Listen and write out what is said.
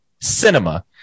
cinema